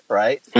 right